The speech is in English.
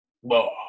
whoa